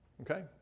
okay